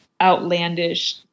outlandish